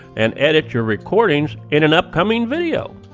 and edit your recordings in an upcoming video.